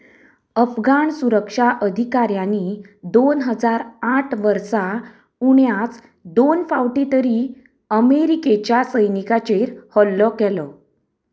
अफगाण सुरक्षा अधिकाऱ्यांनी दोन हजार आठ वर्सा उण्याच दोन फावटीं तरी अमेरिकेच्या सैनिकांचेर हल्लो केलो